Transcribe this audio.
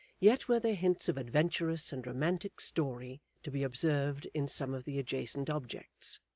yet were there hints of adventurous and romantic story to be observed in some of the adjacent objects.